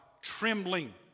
trembling